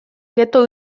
ghetto